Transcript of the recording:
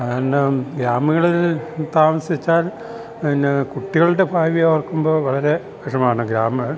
അതോണ്ട് ഗ്രാമങ്ങളിൽ താമസിച്ചാൽ പിന്നെ കുട്ടികളുടെ ഭാവി ഓർക്കുമ്പോൾ വളരെ വിഷമമാണ് ഗ്രാമം